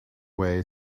way